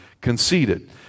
conceited